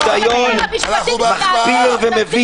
הצבעה הרוויזיה לא אושרה.